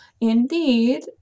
Indeed